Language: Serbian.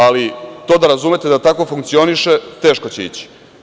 Ali, to da razumete da tako funkcioniše, teško će ići.